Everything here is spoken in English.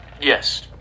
Yes